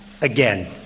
again